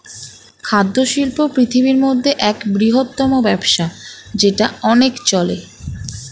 খাদ্য শিল্প পৃথিবীর মধ্যে এক বৃহত্তম ব্যবসা যেটা অনেক চলে